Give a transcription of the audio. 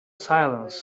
silence